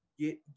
get